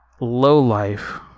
lowlife